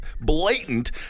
blatant